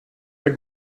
der